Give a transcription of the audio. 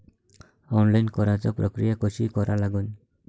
Online कराच प्रक्रिया कशी करा लागन?